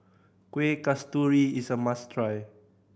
Kueh Kasturi is a must try